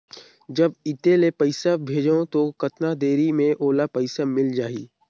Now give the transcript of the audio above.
जब इत्ते ले पइसा भेजवं तो कतना देरी मे ओला पइसा मिल जाही?